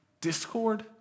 Discord